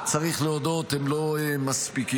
צריך להודות, הם לא מספיקים.